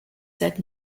said